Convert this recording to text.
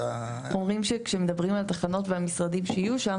אומרים שכשמדברים על תחנות והמשרדים שיהיו שם,